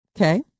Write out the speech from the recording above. okay